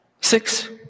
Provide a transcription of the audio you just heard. six